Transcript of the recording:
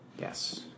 Yes